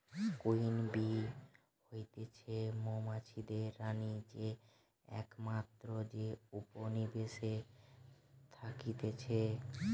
queen bee হতিছে মৌমাছিদের রানী যে একমাত্র যে উপনিবেশে থাকতিছে